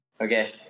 okay